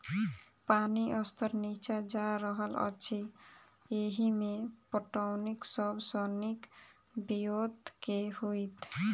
पानि स्तर नीचा जा रहल अछि, एहिमे पटौनीक सब सऽ नीक ब्योंत केँ होइत?